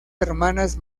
hermanas